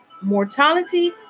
mortality